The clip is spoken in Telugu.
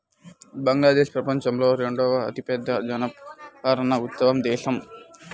బంగ్లాదేశ్ ప్రపంచంలో రెండవ అతిపెద్ద జనపనార ఉత్పత్తి దేశం